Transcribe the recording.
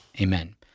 Amen